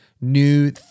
new